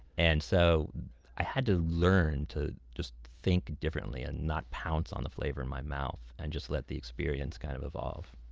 and so i had to learn to think differently and not pounce on the flavor in my mouth. and just let the experience kind of evolve